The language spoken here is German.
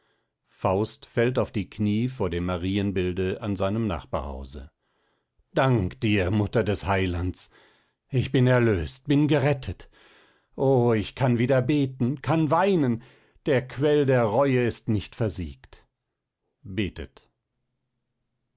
faust fällt auf die kniee vor dem marienbilde an seinem nachbarhause dank dir mutter des heilands ich bin erlöst bin gerettet o ich kann wieder beten kann weinen der quell der reue ist nicht versiegt betet